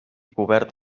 cobert